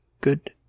good